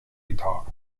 guitar